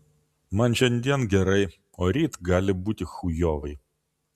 man šiandien gerai o ryt gali būti chujovai